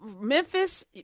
Memphis